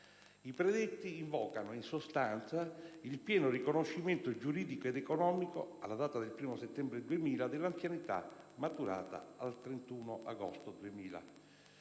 I predetti invocano, in sostanza, il pieno riconoscimento giuridico ed economico, alla data del 1° settembre 2000, dell'anzianità maturata al 31 agosto 2000.